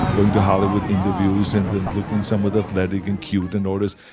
going to hollywood interviews and and looking somewhat athletic and cute and all this.